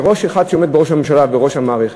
כאחד שעומד בראש הממשלה וכראש המערכת.